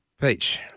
Peach